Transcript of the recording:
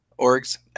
orgs